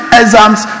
exams